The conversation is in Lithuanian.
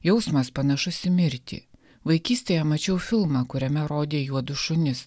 jausmas panašus į mirtį vaikystėje mačiau filmą kuriame rodė juodus šunis